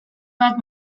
bat